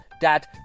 Dad